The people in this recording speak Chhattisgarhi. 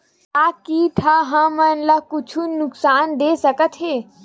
का कीट ह हमन ला कुछु नुकसान दे सकत हे?